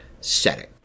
setting